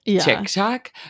TikTok